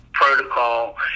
protocol